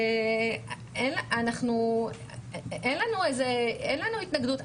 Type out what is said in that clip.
אין לנו התנגדות,